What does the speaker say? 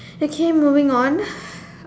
okay moving on